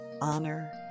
honor